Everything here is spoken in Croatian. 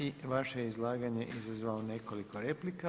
I vaše je izlaganje izazvalo nekoliko replika.